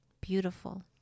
beautiful